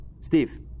Steve